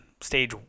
stage